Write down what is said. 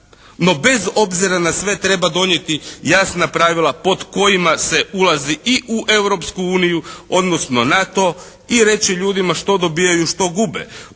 No, bez obzira na sve treba donijeti jasna pravila pod kojima se ulazi i u Europsku uniju, odnosno NATO i reći ljudima što dobijaju, što gube.